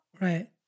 Right